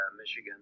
michigan